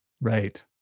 Right